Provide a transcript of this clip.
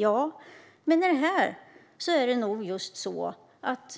Ja, men i det här fallet är det nog